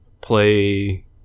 play